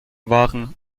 waren